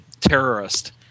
terrorist